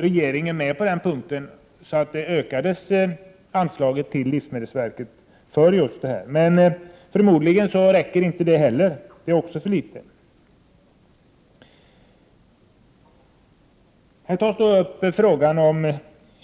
regeringen med oss i dessa strävanden, så att anslaget ökades till livsmedelsverket för just detta ändamål. Förmodligen är inte detta tillräckligt utan tvärtom för litet.